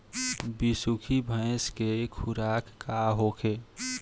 बिसुखी भैंस के खुराक का होखे?